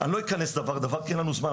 אני לא אכנס דבר-דבר כי אין לנו זמן,